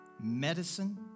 medicine